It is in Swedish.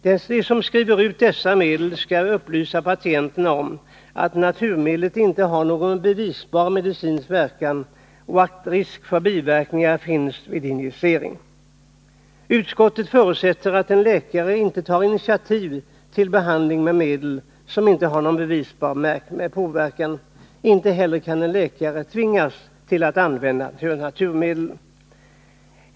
De som skriver ut naturmedel skall upplysa patienten om att naturmedlet inte har någon bevisbar medicinsk verkan och att risk för biverkningar finns vid injicering. Utskottet förutsätter att en läkare inte tar initiativ till behandling med medel som inte visats ha någon verkan. Inte heller kan en läkare tvingas till att använda naturmedel.